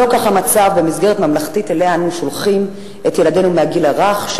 לא כך המצב במסגרת ממלכתית שאליה אנחנו שולחים את ילדינו מהגיל הרך,